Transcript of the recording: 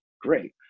great